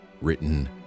written